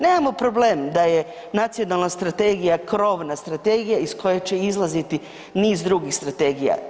Nemamo problem da je nacionalna strategija krovna strategija iz koje će izlaziti niz drugih strategija.